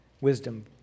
wisdom